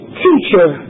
teacher